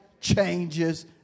changes